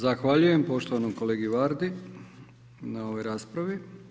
Zahvaljujem poštovanom kolegi Vardi na ovoj raspravi.